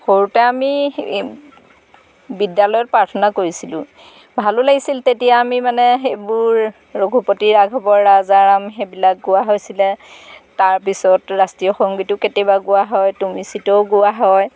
সৰুতে আমি বিদ্যালয়ত প্ৰাৰ্থনা কৰিছিলোঁ ভালো লাগিছিল তেতিয়া আমি মানে সেইবোৰ ৰঘুপতি ৰাঘৱ ৰাজা ৰাম সেইবিলাক গোৱা হৈছিলে তাৰপিছত ৰাষ্ট্ৰীয় সংগীতো কেতিয়াবা গোৱা হয় তুমি চিতও গোৱা হয়